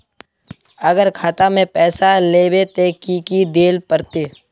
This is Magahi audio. अगर खाता में पैसा लेबे ते की की देल पड़ते?